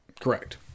correct